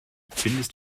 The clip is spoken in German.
findest